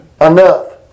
enough